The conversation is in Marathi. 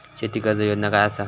शेती कर्ज योजना काय असा?